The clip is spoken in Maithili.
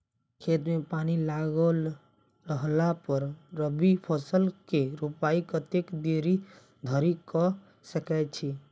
खेत मे पानि लागल रहला पर रबी फसल केँ रोपाइ कतेक देरी धरि कऽ सकै छी?